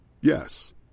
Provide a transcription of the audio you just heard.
Yes